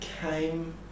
came